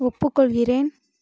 ஒப்புக்கொள்கிறேன்